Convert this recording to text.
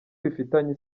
bifitanye